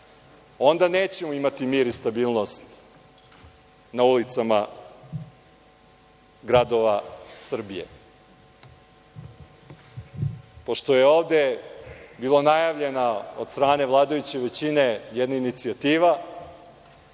onda nećemo imati mir i stabilnost na ulicama gradova Srbije. Pošto je ovde bila najavljena od strane vladajuće većine jedna inicijativa